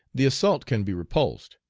the assault can be repulsed,